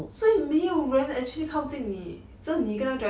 所以没有人 actually 靠近你只有你跟那个 driver